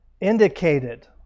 indicated